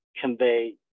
convey